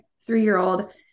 three-year-old